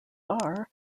bar